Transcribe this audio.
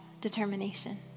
determination